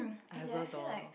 I also don't know